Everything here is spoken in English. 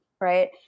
right